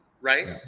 right